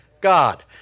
God